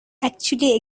actually